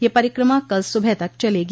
यह परिक्रमा कल सुबह तक चलेगी